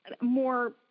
more